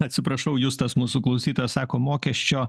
atsiprašau justas mūsų klausytojas sako mokesčio